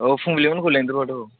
औ फुंबिलिमोनखौ लेंदेरबावदो औ